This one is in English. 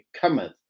cometh